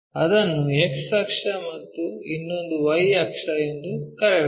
ಅದನ್ನು X ಅಕ್ಷ ಮತ್ತು ಇನ್ನೊಂದು Y ಅಕ್ಷ ಎಂದು ಕರೆಯೋಣ